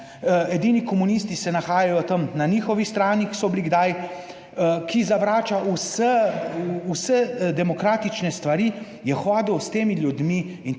edini komunisti se nahajajo tam na njihovi strani, ki so bili kdaj ki zavrača vse, vse demokratične stvari, je hodil s temi ljudmi in